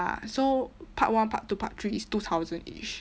ya so part one part two part three is two thousand each